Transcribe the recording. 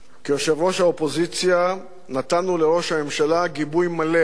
כיושב-ראש האופוזיציה נתנו לראש הממשלה גיבוי מלא,